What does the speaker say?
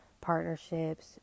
Partnerships